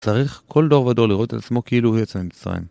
צריך כל דור ודור לראות את עצמו כאילו הוא יצא מצרים.